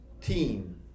team